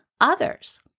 others